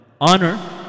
honor